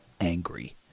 angry